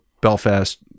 Belfast